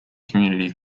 community